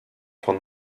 von